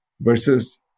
versus